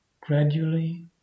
gradually